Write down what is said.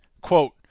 quote